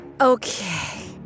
Okay